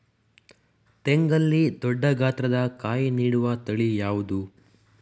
ತೆಂಗಲ್ಲಿ ದೊಡ್ಡ ಗಾತ್ರದ ಕಾಯಿ ನೀಡುವ ತಳಿ ಯಾವುದು?